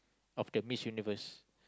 of the Miss Universe